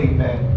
Amen